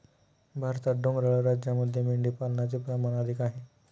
भारतात डोंगराळ राज्यांमध्ये मेंढीपालनाचे प्रमाण अधिक आहे